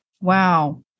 Wow